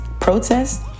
Protest